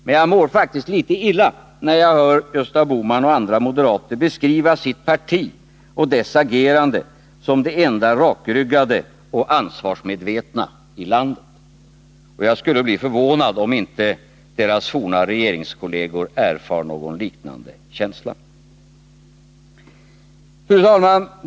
Men jag mår faktiskt litet illa när jag hör Gösta Bohman och andra moderater beskriva sitt parti och dess agerande som det enda rakryggade och ansvarsmedvetna i landet. Jag skulle bli förvånad om inte deras forna regeringskolleger erfar någon liknande känsla. Fru talman!